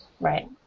Right